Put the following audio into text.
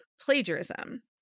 plagiarism